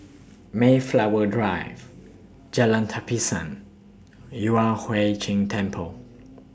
Mayflower Drive Jalan Tapisan Yueh Hai Ching Temple